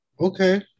okay